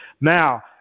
Now